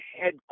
head